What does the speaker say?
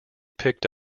picked